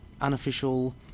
unofficial